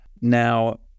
Now